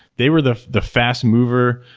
they were the the fast mover.